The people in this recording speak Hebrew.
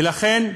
ולכן,